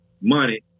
money